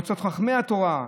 מועצות חכמי התורה,